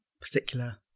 particular